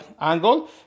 angle